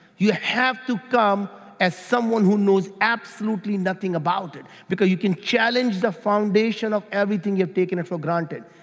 you have to come as someone who knows absolutely nothing about it because you can challenge the foundation of everything you've taken it for granted.